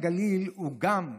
הגליל הוא גם,